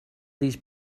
these